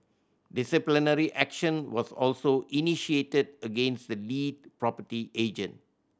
disciplinary action was also initiated against the lead property agent